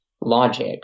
logic